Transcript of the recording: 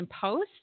Post